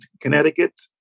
Connecticut